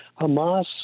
Hamas